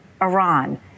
iran